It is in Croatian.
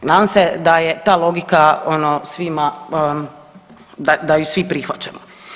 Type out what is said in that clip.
Nadam se da je ta logika ono svima, da ju svi prihvaćamo.